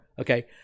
Okay